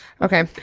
Okay